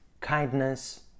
kindness